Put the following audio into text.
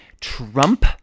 Trump